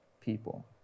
people